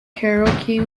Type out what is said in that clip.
karaoke